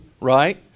right